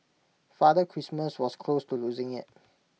Father Christmas was close to losing IT